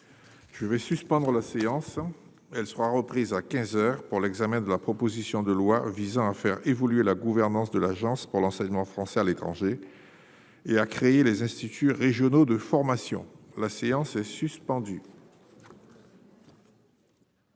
Je vais suspendre la séance, elle sera reprise à 15 heures pour l'examen de la proposition de loi visant à faire évoluer la gouvernance de l'Agence pour l'enseignement français à l'étranger et à créer les instituts régionaux de formation, la séance est suspendue.